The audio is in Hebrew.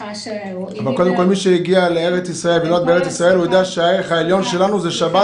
אבל מי שהגיע לארץ ישראל וגר בה יודע שהערך העליון שלנו זה שבת.